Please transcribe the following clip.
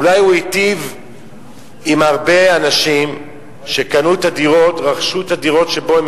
אולי הוא היטיב עם הרבה אנשים שרכשו את הדירות שבהן הם